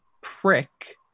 prick